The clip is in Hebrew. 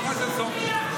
לא הייתה לי שום קריאה.